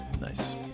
nice